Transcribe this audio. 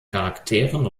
charakteren